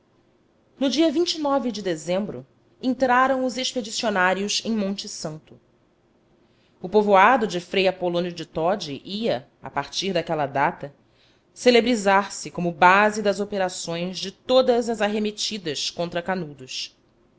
santo no dia de de dezembro entraram os expedicionários em monte santo o povoado de frei apolônio de todi ia a partir daquela data celebrizar se como base das operações de todas as arremetidas contra canudos